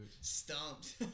stumped